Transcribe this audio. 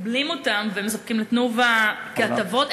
שמקבלים אותן ומספקים ל"תנובה" כהטבות?